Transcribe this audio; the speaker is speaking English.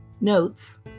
notes